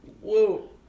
Whoa